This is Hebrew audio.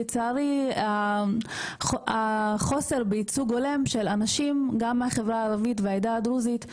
לצערי חוסר בייצוג הולם של אנשים גם מהחברה הערבית והעדה הדרוזית,